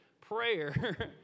prayer